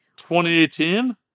2018